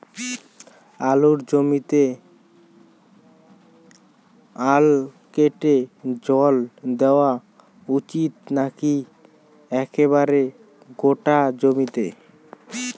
আলুর জমিতে আল কেটে জল দেওয়া উচিৎ নাকি একেবারে গোটা জমিতে?